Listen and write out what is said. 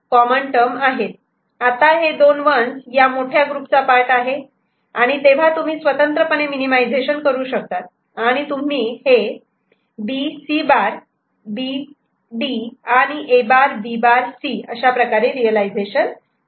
D आता हे दोन 1's ह्या मोठ्या ग्रुपचा पार्ट आहे आणि तेव्हा तुम्ही स्वतंत्रपणे मिनिमिझेशन करू शकतात आणि तुम्ही हे B C' B D आणि A' B' C अशाप्रकारे रियलायझेशन करू शकतात